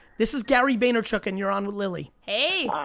this is gary vaynerchuk, and you're on with lily. hey.